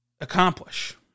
accomplish